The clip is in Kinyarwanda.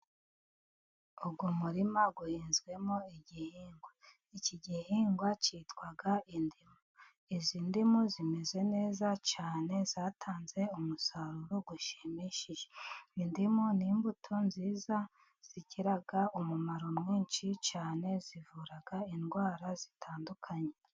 Uyu murima uhinzwemo igihingwa. Iki gihingwa cyitwa indimu. Izi ndimu zimeze neza cyane zatanze umusaruro ushimishije. Indimu n'imbuto nziza zigira umumaro mwinshi cyane, zivura indwara zitandukanye.